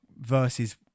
versus